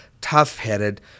tough-headed